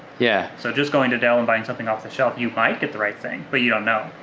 yeah so just going to dell and buying something off the shelf, you might get the right thing but you don't know.